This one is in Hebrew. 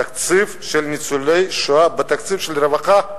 תקציב לניצולי שואה בתקציב הרווחה,